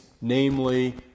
namely